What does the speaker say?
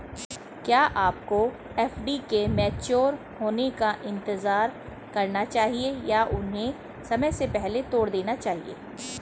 क्या आपको एफ.डी के मैच्योर होने का इंतज़ार करना चाहिए या उन्हें समय से पहले तोड़ देना चाहिए?